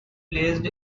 placed